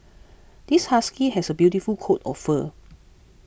this husky has a beautiful coat of fur